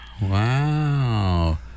wow